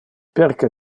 perque